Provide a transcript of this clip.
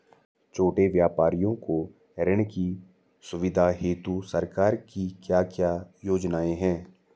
छोटे व्यापारियों को ऋण की सुविधा हेतु सरकार की क्या क्या योजनाएँ हैं?